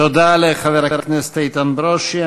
תודה לחבר הכנסת איתן ברושי.